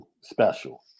special